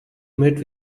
met